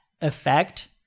effect